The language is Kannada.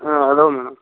ಹಾಂ ಇದಾವ್ ಮೇಡಮ್